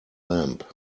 lamb